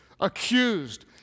accused